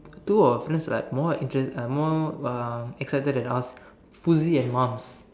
two of our friends right more interest~ uh more uh excited than us Fuzi and maams